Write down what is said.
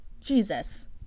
Jesus